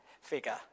figure